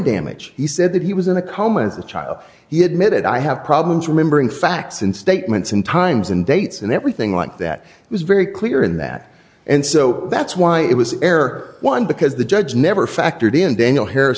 damage he said that he was in the comments a child he admitted i have problems remembering facts and statements and times and dates and everything like that was very clear in that and so that's why it was air one because the judge never factored in daniel harris